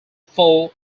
four